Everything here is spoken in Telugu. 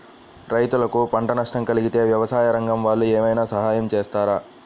రైతులకు పంట నష్టం కలిగితే వ్యవసాయ రంగం వాళ్ళు ఏమైనా సహాయం చేస్తారా?